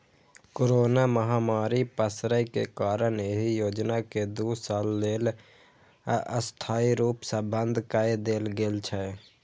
corona महामारी पसरै के कारण एहि योजना कें दू साल लेल अस्थायी रूप सं बंद कए देल गेल छै